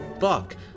fuck